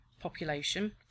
population